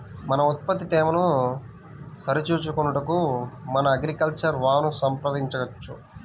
మన ఉత్పత్తి తేమను సరిచూచుకొనుటకు మన అగ్రికల్చర్ వా ను సంప్రదించవచ్చా?